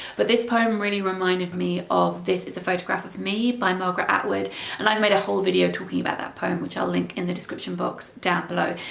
but this poem really reminded me of this it's a photograph of me by margaret atwood and i made a whole video talking about that poem which i'll link in the description box down below.